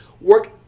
work